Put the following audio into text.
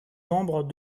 membres